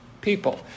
people